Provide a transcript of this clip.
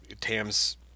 Tam's